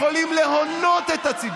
לא יכולים לרמות את הציבור.